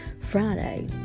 Friday